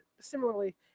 similarly